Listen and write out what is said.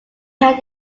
had